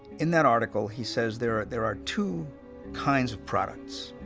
in that article, he says there are there are two kinds of products.